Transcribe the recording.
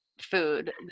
food